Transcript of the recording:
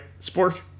Spork